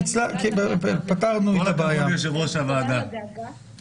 קודם כל,